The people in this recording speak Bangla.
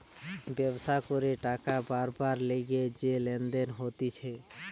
ব্যবসা করে টাকা বারবার লিগে যে লেনদেন হতিছে